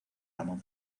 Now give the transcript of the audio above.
ramón